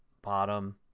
bottom,